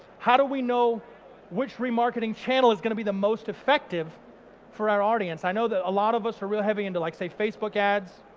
how do we know which remarketing channel is going to be the most effective for our audience? i know that a lot of us are real heavy into like say facebook ads,